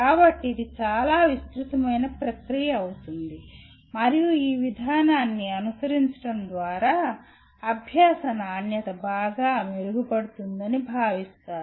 కాబట్టి ఇది చాలా విస్తృతమైన ప్రక్రియ అవుతుంది మరియు ఈ విధానాన్ని అనుసరించడం ద్వారా అభ్యాస నాణ్యత బాగా మెరుగుపడుతుందని భావిస్తారు